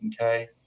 okay